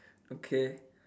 okay